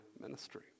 ministry